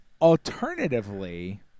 Alternatively